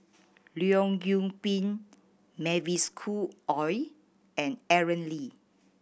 Leong Yoon Pin Mavis Khoo Oei and Aaron Lee